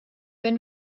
wenn